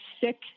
sick